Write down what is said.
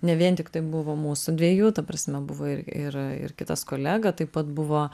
ne vien tik tai buvo mūsų dviejų ta prasme buvo ir ir kitas kolega taip pat buvo